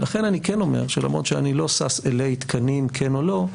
לכן אני כן אומר שלמרות שאני לא שש אלי תקנים כן או לא,